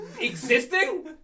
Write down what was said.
existing